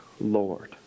lord